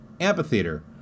amphitheater